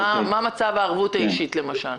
מה מצב הערבות האישית למשל?